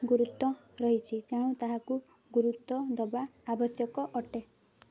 ଗୁରୁତ୍ୱ ରହିଛି ତେଣୁ ତାହାକୁ ଗୁରୁତ୍ୱ ଦେବା ଆବଶ୍ୟକ ଅଟେ